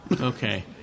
okay